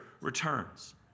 returns